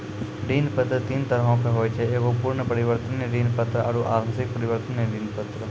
ऋण पत्र तीन तरहो के होय छै एगो पूर्ण परिवर्तनीय ऋण पत्र आरु आंशिक परिवर्तनीय ऋण पत्र